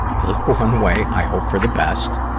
i look one way i hope for the best,